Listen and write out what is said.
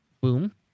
Boom